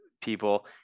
people